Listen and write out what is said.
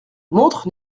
montre